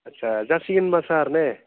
आस्सा जासिगोन होमब्ला सार ने